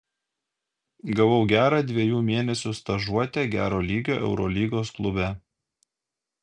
gavau gerą dviejų mėnesių stažuotę gero lygio eurolygos klube